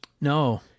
No